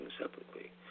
separately